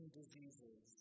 diseases